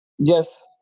Yes